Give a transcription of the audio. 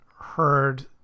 heard